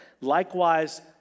Likewise